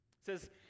says